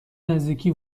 نزدیکی